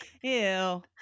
Ew